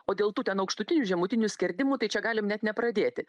o dėl tų ten aukštutinių žemutinių skerdimų tai čia galim net nepradėti